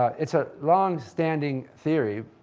it's a long-standing theory,